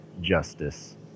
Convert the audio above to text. justice